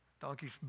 Donkey's